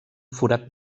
forat